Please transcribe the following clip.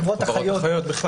חברות אחיות.